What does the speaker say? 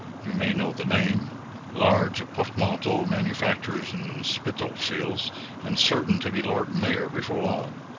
you may know the name large portmanteau manufacturers in spitalfields and certain to be lord mayor before long.